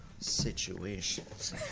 situations